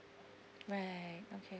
right okay